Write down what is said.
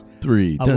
three